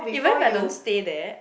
even if I don't stay there